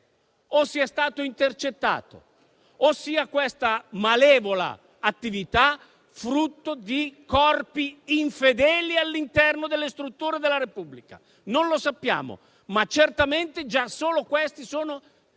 o sia stato intercettato, o se questa malevola attività sia frutto di corpi infedeli all'interno delle strutture della Repubblica. Non lo sappiamo, ma certamente già solo questi sono